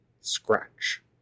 scratch